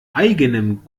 eigenem